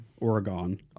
Oregon